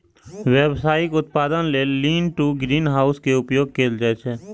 व्यावसायिक उत्पादन लेल लीन टु ग्रीनहाउस के उपयोग कैल जाइ छै